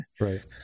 Right